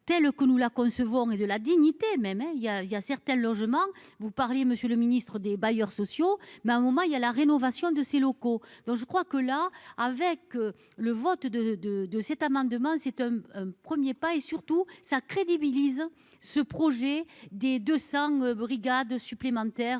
telle que nous la concevons et de la dignité même hein, il y a, il y a certaines logement vous parliez monsieur le Ministre des bailleurs sociaux, mais à un moment, il y a la rénovation de ses locaux, donc je crois que là, avec le vote de de de cet amendement, cet homme, un 1er pas et surtout ça crédibilise ce projet des 200 brigades supplémentaires